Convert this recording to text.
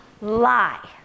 lie